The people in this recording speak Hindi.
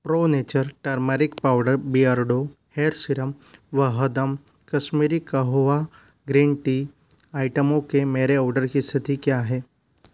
pro nature turmeric powder Beardo hair serum Vahdam Kashmiri kahwa green tea आइटमों के मेरे ऑर्डर की स्थिति क्या है